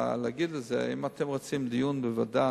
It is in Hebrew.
אם אתם רוצים דיון בוועדה,